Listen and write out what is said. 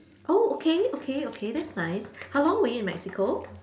oh okay okay okay that's nice how long were you in Mexico